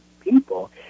people